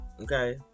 Okay